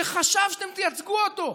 שחשב שאתם תייצגו אותו,